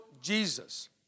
Jesus